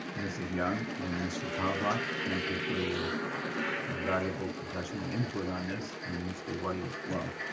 ms. young and mr. pawlak, thank you for your valuable, professional input on this, and mr. white, as well.